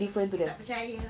tak percaya ah